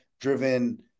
driven